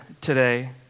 today